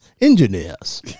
Engineers